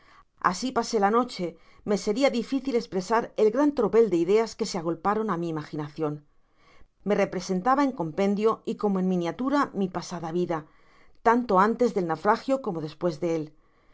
asi pasé la noche me seria difícil espresar el gran tropel do ideas que se agolparon á mi imaginacion me representaba en compendio y como en miniatura mi pasada vida tanto antes del naufragio como despues de él